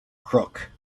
crook